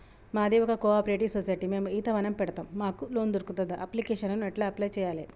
మాది ఒక cooperative society మేము ఈత వనం పెడతం మాకు లోన్ దొర్కుతదా? అప్లికేషన్లను ఎట్ల అప్లయ్ చేయాలే?